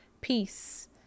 peace